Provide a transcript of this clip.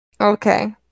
Okay